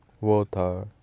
water